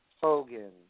Hogan